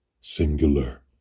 singular